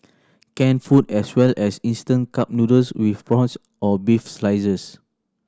canned food as well as instant cup noodles with prawns or beef slices